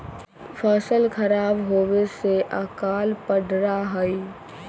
फसल खराब होवे से अकाल पडड़ा हई